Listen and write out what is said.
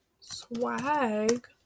Swag